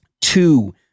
two